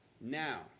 Now